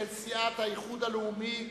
של סיעת האיחוד הלאומי,